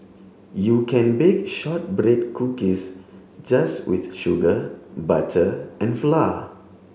you can bake shortbread cookies just with sugar butter and flour